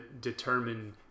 determine